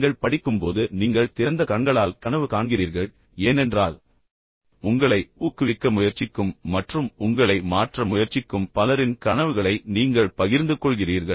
நீங்கள் படிக்கும்போது நீங்கள் உண்மையில் திறந்த கண்களால் கனவு காண்கிறீர்கள் ஏனென்றால் உங்களை ஊக்குவிக்க முயற்சிக்கும் மற்றும் உங்களை மாற்ற முயற்சிக்கும் பலரின் கனவுகளை நீங்கள் பகிர்ந்து கொள்கிறீர்கள்